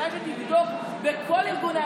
כדאי שתבדוק בכל ארגוני העצמאים,